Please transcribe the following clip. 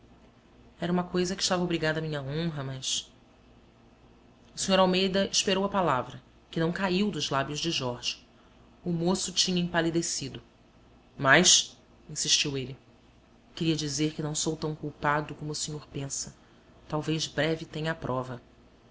era uma coisa a que estava obrigada a minha honra mas o sr almeida esperou a palavra que não caiu dos lábios de jorge o moço tinha empalidecido mas insistiu ele queria dizer que não sou tão culpado como o senhor pensa talvez breve tenha a prova